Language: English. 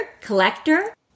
collector